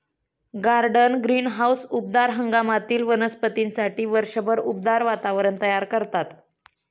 garden greenhouse उबदार हंगामातील वनस्पतींसाठी वर्षभर उबदार वातावरण तयार करतात